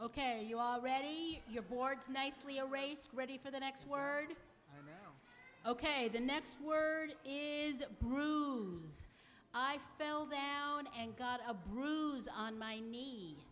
ok you already you're boards nicely a race ready for the next word ok the next word is bruise i fell down and got a bruise on my knee